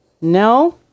no